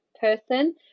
person